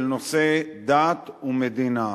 של נושא דת ומדינה.